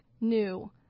new